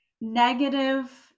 negative